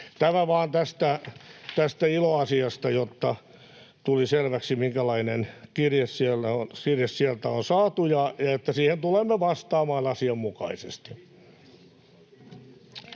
Tämä vain tästä ILO-asiasta, jotta tulisi selväksi, minkälainen kirje sieltä on saatu, ja siihen tulemme vastaamaan asianmukaisesti.